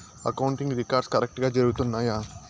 accounting records కరెక్టుగా జరుగుతున్నాయా